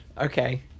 okay